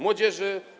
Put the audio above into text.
Młodzieży!